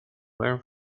went